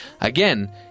Again